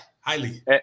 highly